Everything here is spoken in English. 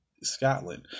scotland